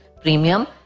premium